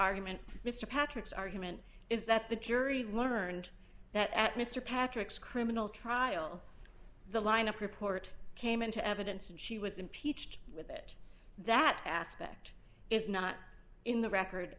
argument mr patrick's argument is that the jury learned that at mr patrick's criminal trial the lineup report came into evidence and she was impeached with it that aspect is not in the record